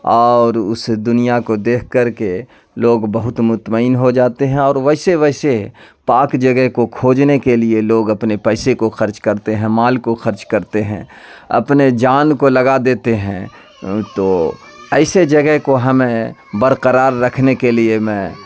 اور اس دنیا کو دیکھ کر کے لوگ بہت مطمئن ہو جاتے ہیں اور ویسے ویسے پاک جگہ کو کھوجنے کے لیے لوگ اپنے پیسے کو خرچ کرتے ہیں مال کو خرچ کرتے ہیں اپنے جان کو لگا دیتے ہیں تو ایسے جگہ کو ہمیں برقرار رکھنے کے لیے میں